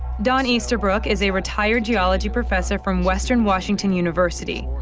don easterbrook is a retired geology professor from western washington university.